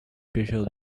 pêcheurs